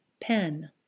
pen